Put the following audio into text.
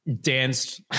danced